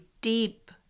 deep